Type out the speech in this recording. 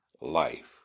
life